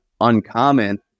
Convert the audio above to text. uncommon